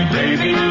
baby